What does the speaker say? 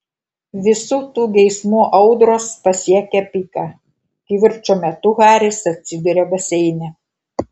visų tų geismų audros pasiekia piką kivirčo metu haris atsiduria baseine